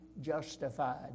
justified